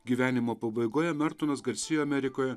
gyvenimo pabaigoje mertonas garsėjo amerikoje